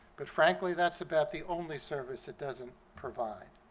but frankly that's about the only service it doesn't provide.